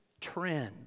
trend